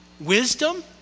wisdom